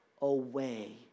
away